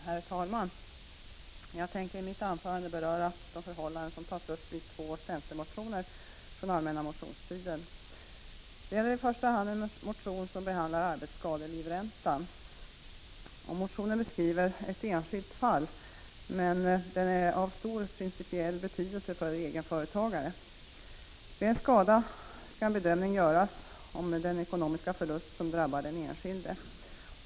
Herr talman! Jag tänker i mitt anförande beröra de förhållanden som tagits uppitvå centermotioner från allmänna motionstiden. Det gäller i första hand en motion som behandlar arbetsskadelivränta. Motionen beskriver ett enskilt fall, men det är av stor principiell betydelse för egenföretagare. Vid en 60 skada skall en bedömning göras av den ekonomiska förlust som drabbar den enskilde.